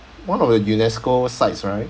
one of the UNESCO sites right